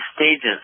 stages